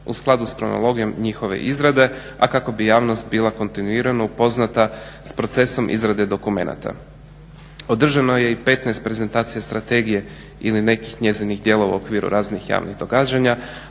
U skladu s kronologijom njihove izrade a kako bi javnost bila kontinuirano upoznata s procesom izrade dokumenata. Održano je i 15 prezentacija strategije ili nekih njezinih dijelova u okviru raznih javnih događanja,